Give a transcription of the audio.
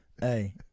Hey